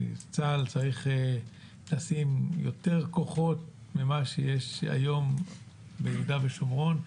שצה"ל צריך לשים יותר כוחות ממה שיש היום ביהודה ושומרון,